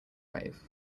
wave